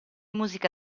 musica